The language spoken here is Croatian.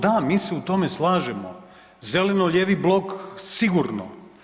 Da, mi se u tome slažemo, zeleno-lijevi blok sigurno.